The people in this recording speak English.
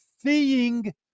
seeing